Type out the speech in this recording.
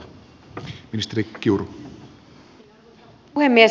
arvoisa puhemies